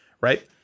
right